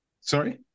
Sorry